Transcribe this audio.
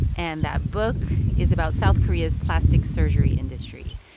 and that book is about south korea's plastic surgery industry.